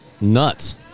nuts